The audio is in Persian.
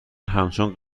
همچون